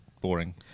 boring